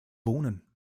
wohnen